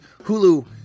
Hulu